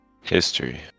History